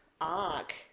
arc